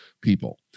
people